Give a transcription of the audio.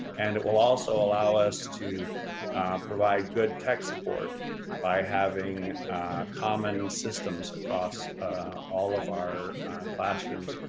and it will also allow us to provide good tech support by having common systems across all of our classrooms.